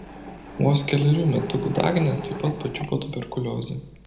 vos kelerių metukų dagnę taip pat pačiupo tuberkuliozė